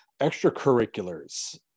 extracurriculars